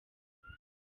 ubu